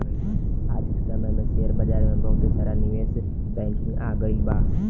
आज के समय में शेयर बाजार में बहुते सारा निवेश बैंकिंग आ गइल बा